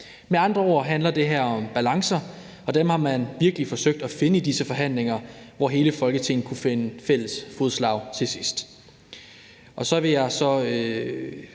Med andre ord handler det her om balancer, og dem har man virkelig forsøgt at finde i disse forhandlinger, hvor hele Folketinget kunne finde fælles fodslag til sidst.